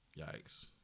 Yikes